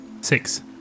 six